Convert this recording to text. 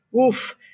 oof